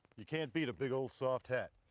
you can't beat a big old soft hat.